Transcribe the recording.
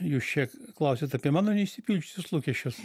jūs čia klausiat apie mano neišsipildžiusius lūkesčius